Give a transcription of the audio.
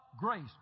grace